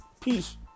Peace